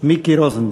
מיקי רוזנטל.